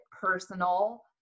personal